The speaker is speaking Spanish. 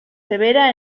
severa